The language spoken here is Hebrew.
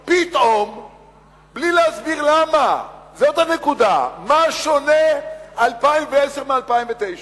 בלי להסביר למה, זאת הנקודה: מה שונה 2010 מ-2009?